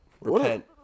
Repent